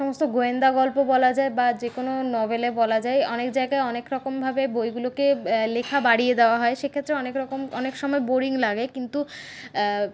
সমস্ত গোয়েন্দা গল্প বলা যায় বা যে কোনো নভেলে বলা যায় অনেক জায়গায় অনেকরকমভাবে বইগুলোকে লেখা বাড়িয়ে দেওয়া হয় সেক্ষেত্রে অনেকরকম অনেক সময় বোরিং লাগে কিন্তু